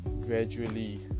Gradually